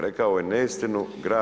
Rekao je neistinu